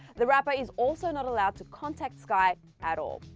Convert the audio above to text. the rapper is also not allowed to contact skai at all.